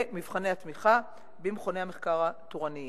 ומבחני התמיכה במכוני המחקר התורניים.